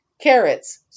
Carrots